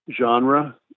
genre